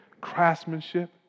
craftsmanship